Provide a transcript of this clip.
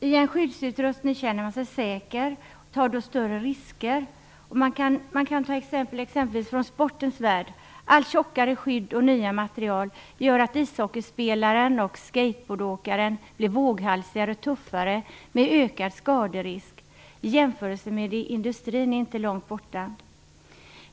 I en skyddsutrustning känner man sig säker och tar då större risker. Man kan ta exempel från sportens värld. Allt tjockare skydd och nya material gör att ishockeyspelaren och skateboardåkaren blir våghalsigare och tuffare med ökad skaderisk. Jämförelsen med industrin är inte långt borta.